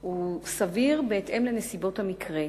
הוא סביר בהתאם לנסיבות המקרה.